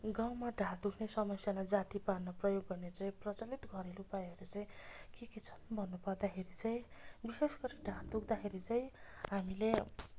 गाउँमा ढाड दुख्ने समस्यालाई जाति पार्नु प्रयोग गर्ने चाहिँ प्रचलित घरेलु उपायहरू चाहिँ के के छन् भन्नुपर्दाखेरि चाहिँ विशेष गरी ढाड दुख्दाखेरि चाहिँ हामीले